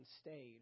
stayed